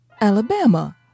Alabama